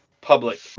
public